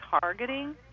targeting